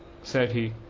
said he,